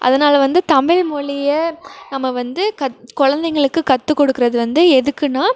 அதனால் வந்து தமிழ் மொழிய நம்ம வந்து கத் கொழந்தைங்களுக்கு கற்றுக் கொடுக்குறது வந்து எதுக்குன்னால்